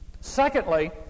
Secondly